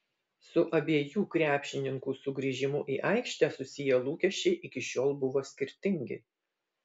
su abiejų krepšininkų sugrįžimu į aikštę susiję lūkesčiai iki šiol buvo skirtingi